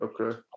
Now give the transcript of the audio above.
Okay